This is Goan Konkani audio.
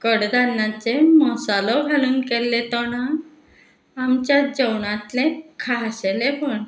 कडधान्याचें मसालो घालून केल्लें तोणाक आमच्या जेवणांतलें खाशेलेपण